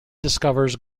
discovers